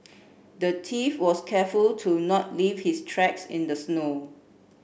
the thief was careful to not leave his tracks in the snow